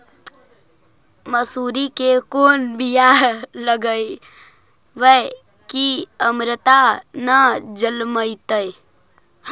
मसुरी के कोन बियाह लगइबै की अमरता न जलमतइ?